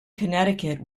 connecticut